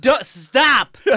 Stop